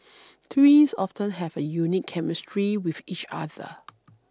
twins often have a unique chemistry with each other